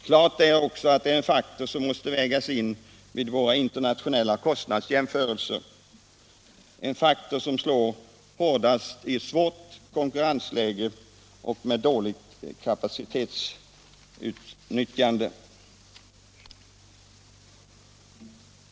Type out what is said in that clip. Klart är emellertid att den är en faktor som måste vägas in vid våra internationella kostnadsjämförelser — en faktor som självfallet slår hårdast i ett konkurrensläge med dåligt kapacitetsutnyttjande.